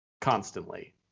constantly